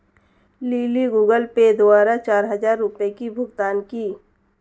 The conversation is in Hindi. लिली गूगल पे द्वारा चार हजार रुपए की भुगतान की